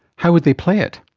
how would they play it?